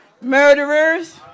murderers